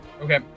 Okay